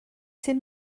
sydd